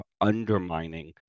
undermining